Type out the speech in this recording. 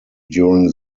during